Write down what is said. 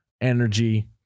Energy